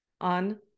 on